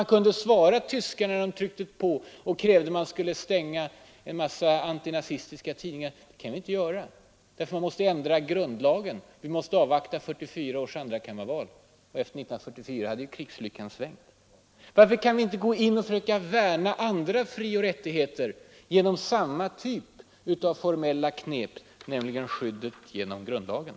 Då kunde man svara tyskarna när de tryckte på och krävde att man skulle förbjuda antinazistiska tidningar. De fick svaret att det kunde vi inte göra därför att man i så fall måste ändra grundlagen och därmed avvakta 1944 års andrakammarval. Efter 1944 hade krigslyckan svängt. Varför kan vi inte försöka värna andra frioch rättigheter genom samma typ av ”formella knep”, skyddet genom grundlagen?